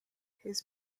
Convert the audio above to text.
his